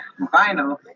vinyl